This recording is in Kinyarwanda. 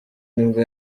nibwo